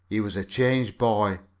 he was a changed boy,